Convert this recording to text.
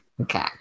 Okay